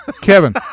Kevin